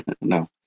No